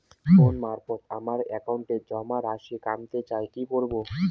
Phone মারফত আমার একাউন্টে জমা রাশি কান্তে চাই কি করবো?